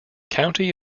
county